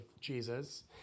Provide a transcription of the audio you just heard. Jesus